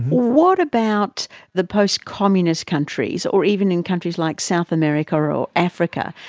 what about the post-communist countries or even in countries like south america or africa?